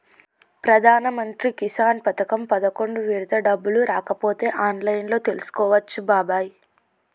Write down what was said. ప్రధానమంత్రి కిసాన్ పథకం పదకొండు విడత డబ్బులు రాకపోతే ఆన్లైన్లో తెలుసుకోవచ్చు బాబాయి